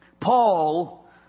Paul